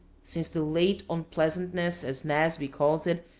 since the late onpleasantness, as nasby calls it,